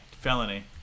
Felony